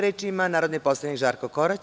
Reč ima narodni poslanik Žarko Korać.